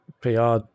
PR